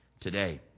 today